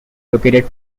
located